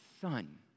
son